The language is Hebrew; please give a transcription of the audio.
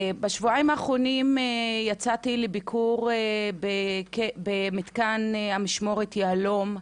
בשבועיים האחרונים יצאתי לביקור במתקן המשמורת יהלו"ם,